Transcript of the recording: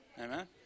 Amen